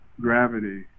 Gravity